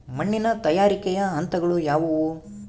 ಮಣ್ಣಿನ ತಯಾರಿಕೆಯ ಹಂತಗಳು ಯಾವುವು?